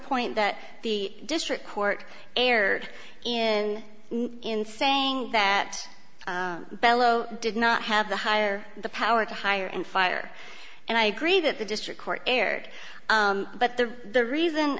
point that the district court erred in in saying that bello did not have the higher the power to hire and fire and i agree that the district court erred but the the reason